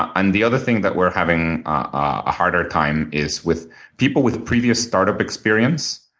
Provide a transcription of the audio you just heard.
ah and the other thing that we're having a harder time is with people with previous startup experience,